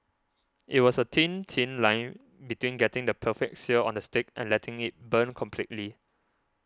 it was a thin thin line between getting the perfect sear on the steak and letting it burn completely